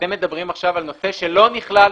אתם מדברים עכשיו על נושא שלא נכלל